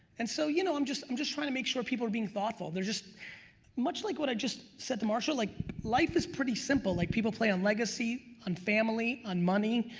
and so you know i'm just um just trying to make sure people are being thoughtful. there's just much like what i just said to marshall. like life is pretty simple, like people play on legacy, on family, on money.